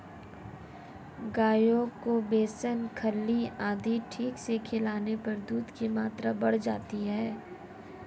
गायों को बेसन खल्ली आदि ठीक से खिलाने पर दूध की मात्रा बढ़ जाती है